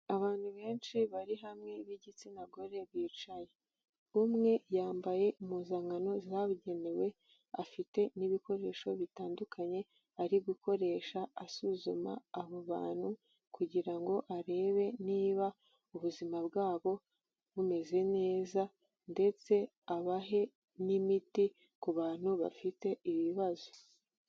Abantu benshi bari hamwe b'igitsina gore bicaye. Umwe yambaye impuzankano zabigenewe, afite n'ibikoresho bitandukanye, ari gukoresha asuzuma abo bantu kugira ngo arebe niba ubuzima bwabo, bumeze neza ndetse abahe n'imiti ku bantu bafite ibibazo.